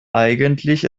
eigentlich